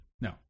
No